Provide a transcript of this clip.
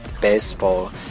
baseball